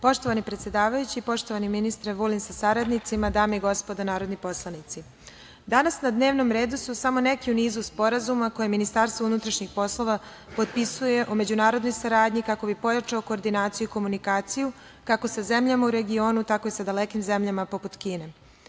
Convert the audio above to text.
Poštovani predsedavajući, poštovani ministre Vulin sa saradnicima, dame i gospodo narodni poslanici, danas na dnevnom redu su samo neki u nizu sporazuma koje Ministarstvo unutrašnjih poslova potpisuje o međunarodnoj saradnji kako bi pojačalo koordinaciju i komunikaciju kako sa zemljama u regionu, tako i sa dalekim zemljama poput Kine.